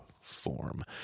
form